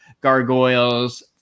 Gargoyles